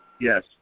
Yes